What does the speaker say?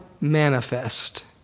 manifest